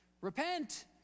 repent